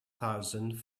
thousand